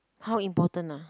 how important ah